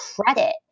credit